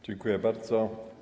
Dziękuję bardzo.